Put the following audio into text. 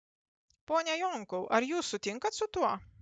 pone jonkau ar jūs sutinkat su tuo